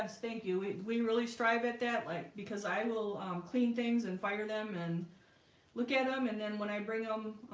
ah thank you. we really strive at that like because i will um clean things and fire them and look at them and then when i bring them,